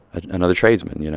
another tradesmen, you know